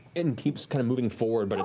and keeps kind of moving forward, but